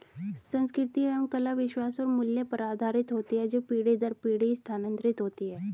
संस्कृति एवं कला विश्वास और मूल्य पर आधारित होती है जो पीढ़ी दर पीढ़ी स्थानांतरित होती हैं